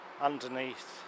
underneath